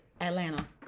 Atlanta